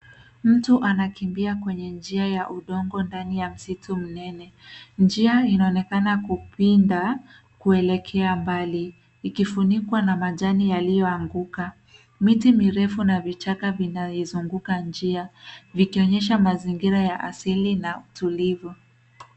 Mtu anakimbia kwenye njia ya udongo ndani ya msitu mnene. Njia inaonekana kupinda kulekea mbali ikifunikwa na majani yaliyoanguka. Miti mirefu na vichaka vinavyoizunguka njia vikionyesha mazingira ya asili na tulivu.